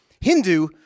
Hindu